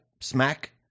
smack